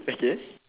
okay